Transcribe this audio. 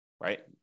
right